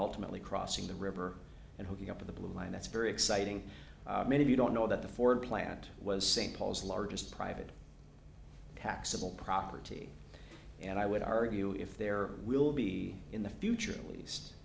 ultimately crossing the river and hooking up to the blue line that's very exciting many of you don't know that the ford plant was st paul's largest private taxable property and i would argue if there will be in the future at least